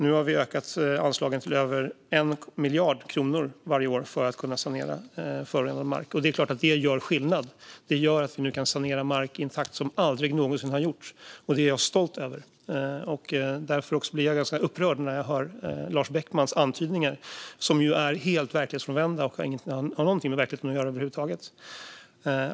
Nu har vi ökat anslagen till över 1 miljard kronor varje år för att kunna sanera förorenad mark, och det är klart att det gör skillnad. Det gör att vi nu kan sanera mark i en takt man aldrig någonsin tidigare haft, och det är jag stolt över. Därför blir jag ganska upprörd när jag hör Lars Beckmans antydningar, som ju är helt verklighetsfrånvända och inte har någonting över huvud taget med verkligheten att göra.